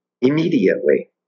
immediately